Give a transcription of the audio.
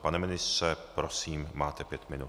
Pane ministře, prosím, máte pět minut.